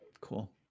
Cool